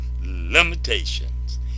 limitations